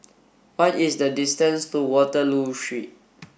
what is the distance to Waterloo Street